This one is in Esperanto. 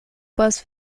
povas